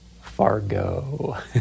Fargo